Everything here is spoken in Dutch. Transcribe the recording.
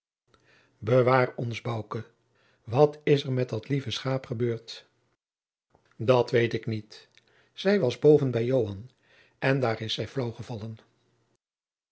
bewaar ons bouke wat is er met dat lieve schaap gebeurd dat weet ik niet zij was boven bij joan en daar is zij flaauw gevallen